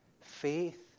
Faith